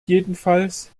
jedenfalls